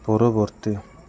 ପରବର୍ତ୍ତୀ